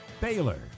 Baylor